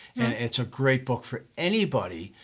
it's a great book for anybody,